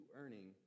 earning